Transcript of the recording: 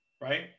Right